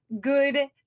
good